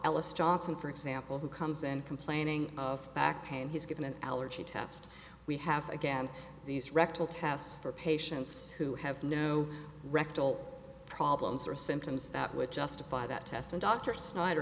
lice johnson for example who comes and complaining of back pain he's given an allergy test we have again these rectal tests for patients who have no rectal problems or symptoms that would justify that test and dr snyder